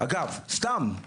אגב סתם,